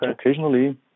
Occasionally